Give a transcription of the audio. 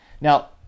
Now